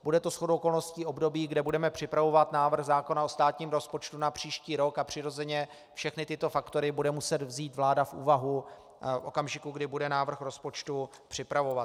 Bude to shodou okolností období, kdy budeme připravovat návrh zákona o státním rozpočtu na příští rok, a přirozeně všechny tyto faktory bude muset vzít vláda v úvahu v okamžiku, kdy bude návrh rozpočtu připravovat.